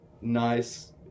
nice